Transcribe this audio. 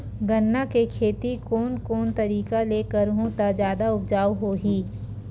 गन्ना के खेती कोन कोन तरीका ले करहु त जादा उपजाऊ होही?